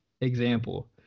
example